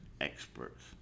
experts